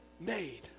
made